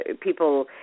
people